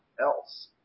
else